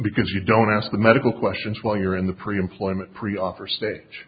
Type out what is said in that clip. because you don't ask the medical questions while you're in the pre employment pre offer stage